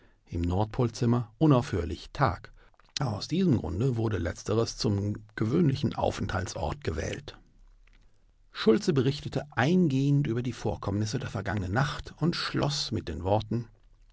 im nordpolzimmer unaufhörlich tag aus diesem grunde wurde letzteres zum gewöhnlichen aufenthaltsort gewählt schultze berichtete eingehend über die vorkommnisse der vergangenen nacht und schloß mit den worten